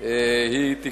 אנחנו ממשיכים בסדר-היום.